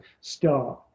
start